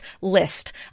list